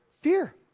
Fear